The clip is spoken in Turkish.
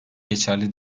geçerli